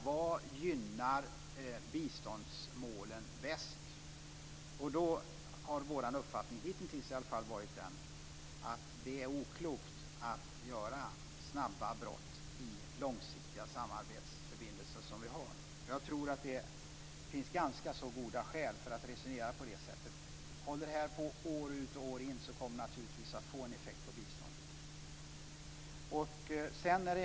Vad gynnar biståndsmålen bäst? Hitintills har vår uppfattning varit den att det är oklokt att göra snabba brott i de långsiktiga samarbetsförbindelser som vi har. Jag tror att det finns ganska goda skäl för att resonera på det sättet. Om det håller på år ut och år in kommer det naturligtvis att få en effekt på biståndet.